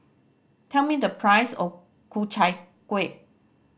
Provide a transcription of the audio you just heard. tell me the price of Ku Chai Kueh